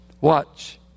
Watch